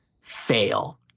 fail